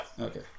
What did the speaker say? Okay